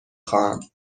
خواهم